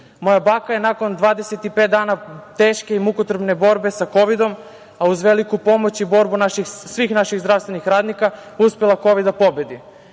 baka je nakon 25 dana teške i mukotrpne borbe sa Kovidom, a uz veliku pomoć i borbu svih naših zdravstvenih radnika, uspela Kovid da pobedi.